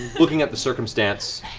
looking at the circumstance,